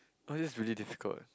oh that's really difficult leh